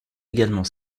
également